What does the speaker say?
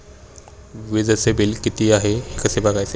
वीजचे बिल किती आहे कसे बघायचे?